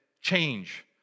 change